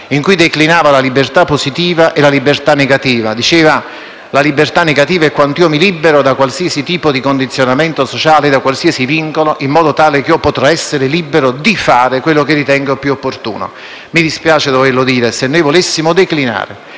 si declinava la libertà positiva e la libertà negativa, sostenendo che la libertà negativa è quando ci si libera da qualsiasi tipo di condizionamento sociale e qualsiasi vincolo, in modo tale che si possa essere liberi di fare quello che si ritiene più opportuno. Mi dispiace doverlo dire, ma se volessimo declinare